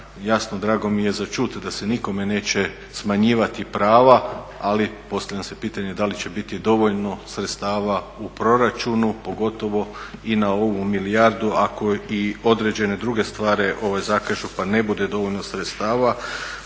Jasno, drago mi je za čuti da se nikome neće smanjivati prava, ali postavlja se pitanje da li će biti dovoljno sredstava u proračunu, pogotovo i na ovu milijardu ako i određene druge stvari zakažu pa ne bude dovoljno sredstava,